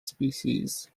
species